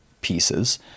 pieces